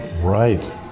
Right